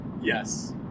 Yes